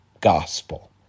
gospel